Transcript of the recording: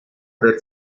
ver